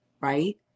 right